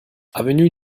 avenue